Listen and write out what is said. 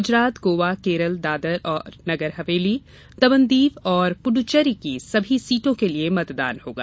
गुजरात गोवा केरल दादर तथा नगर हवेली दमन दीव और पुदुचेरी की सभी सीटों के लिए मतदान होगा